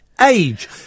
age